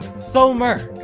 so, merk,